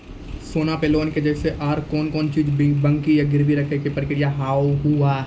सोना पे लोन के जैसे और कौन कौन चीज बंकी या गिरवी रखे के प्रक्रिया हाव हाय?